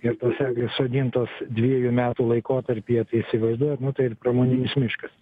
ir tos eglės sodintos dviejų metų laikotarpyje tai įsivaizduojat nu tai pramoninis miškas